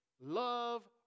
love